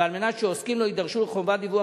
ועל מנת שעוסקים לא יידרשו לחובת דיווח